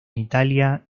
italia